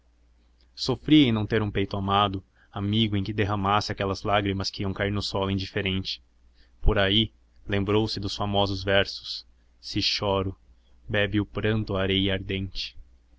sofria em não ter um peito amado amigo em que derramasse aquelas lágrimas que iam cair no solo indiferente por aí lembrou-se dos famosos versos se choro bebe o pranto a areia ardente